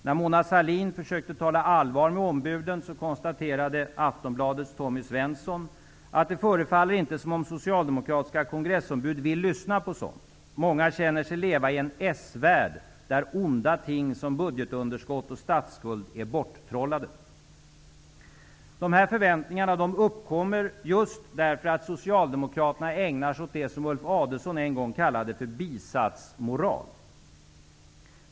När Mona Sahlin försökte tala allvar med ombuden konstaterade Aftonbladets Tommy Svensson: ''-- det förefaller inte som om socialdemokratiska kongressombud vill lyssna på sådant. Många känner sig leva i en s-värld där onda ting som budgetunderskott och statsskuld är borttrollade.'' De här förväntningarna uppkommer just därför att Socialdemokraterna ägnar sig åt det som Ulf Adelsohn en gång kallade för bisatsmoral.